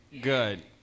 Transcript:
Good